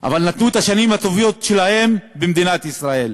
אבל נתנו את השנים הטובות שלהם למדינת ישראל.